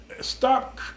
Stop